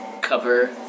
cover